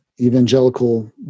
evangelical